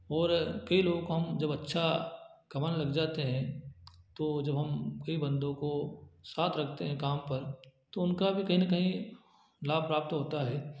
और कई लोगों को हम जब अच्छा कमाने लग जाते हैं तो जब हम कई बंदों को साथ रखते हैं काम पर तो उनका भी कहीं ना कहीं लाभ प्राप्त होता है